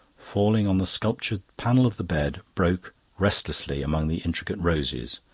falling on the sculptured panel of the bed, broke restlessly among the intricate roses,